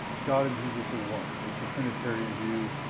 god and jesus are one. it's a trinitarian view,